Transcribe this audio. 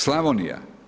Slavonija.